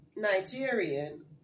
Nigerian